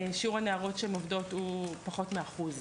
שיעור הנערות שעובדות הוא פחות מאחוז אחד.